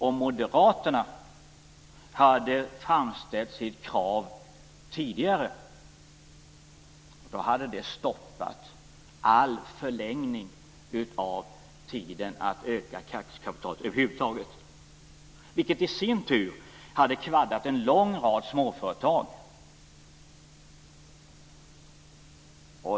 Om Moderaterna hade framställt sitt krav tidigare är jag rädd för att det hade stoppat all förlängning av tiden för ökning av aktiekapitalet. Det hade i sin tur kvaddat en lång rad småföretag.